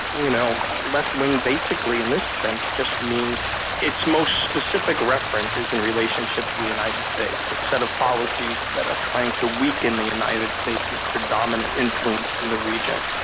you know left-wing basically in this sense just means it's most specific referent is in relationship to the united states, a set of policies that are trying to weaken the united states' predominant influence in the region.